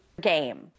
Game